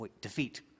defeat